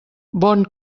bon